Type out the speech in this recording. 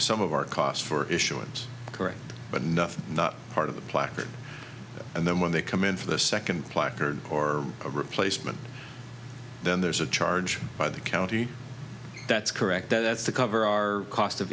some of our costs for issuance correct but enough not part of the placard and then when they come in for the second placard or a replacement then there's a charge by the county that's correct that's to cover our cost of